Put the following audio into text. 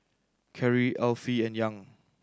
Kerry Alfie and Young